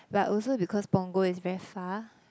but also because Punggol is very far